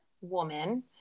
woman